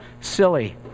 silly